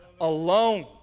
alone